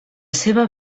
seva